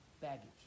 baggage